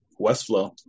Westflow